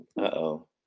uh-oh